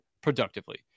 productively